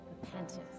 repentance